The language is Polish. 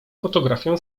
fotografię